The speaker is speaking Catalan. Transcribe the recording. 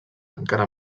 encara